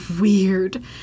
weird